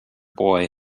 boy